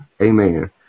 amen